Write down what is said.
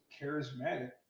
charismatic